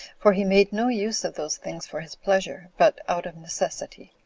for he made no use of those things for his pleasure, but out of necessity.